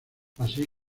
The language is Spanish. así